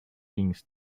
things